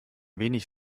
wenig